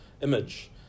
image